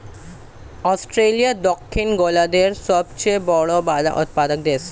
Australia দক্ষিণ গোলার্ধের সবচেয়ে বড় বাদাম উৎপাদক দেশ